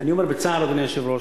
אדוני היושב-ראש,